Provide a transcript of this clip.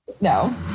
no